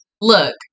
look